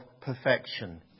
perfection